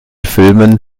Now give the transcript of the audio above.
filmen